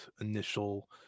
initial